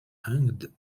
hanged